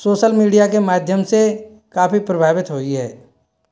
social media के माध्यम से काफ़ी प्रभावित हुई है